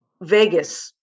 Vegas